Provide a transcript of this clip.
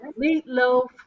Meatloaf